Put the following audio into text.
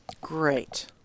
Great